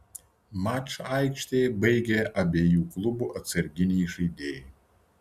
mačą aikštėje baigė abiejų klubų atsarginiai žaidėjai